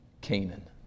Canaan